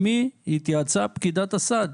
עם מי התייעצה פקידת הסעד?